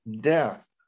death